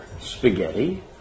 Spaghetti